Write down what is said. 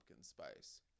spice